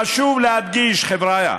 חשוב להדגיש, חבריא,